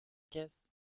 caisse